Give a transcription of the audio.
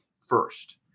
first